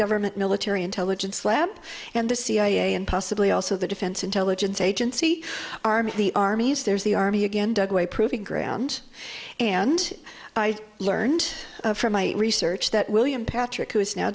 government military intelligence lab and the cia and possibly also the defense intelligence agency army the army's there's the army again dugway proving ground and i learned from my research that william patrick who is now